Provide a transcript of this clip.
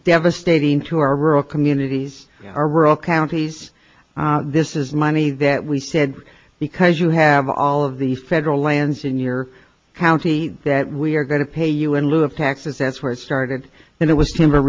devastating to our rural communities our rural counties this is money that we said because you have all of the federal lands in your county that we are going to pay you in lieu of taxes that's where it started and it was timber